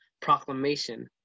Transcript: proclamation